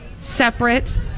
separate